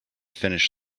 finish